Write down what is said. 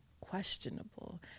questionable